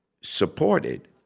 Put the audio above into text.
supported